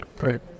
Right